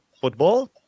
football